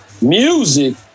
music